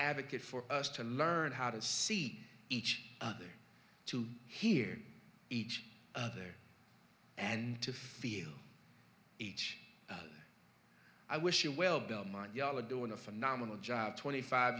advocate for us to learn how to see each other to hear each other and to feel each i wish you well bill maher ya'll are doing a phenomenal job twenty five